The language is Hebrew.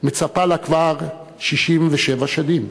מצפה לה כבר 67 שנים.